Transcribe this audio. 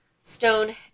Stone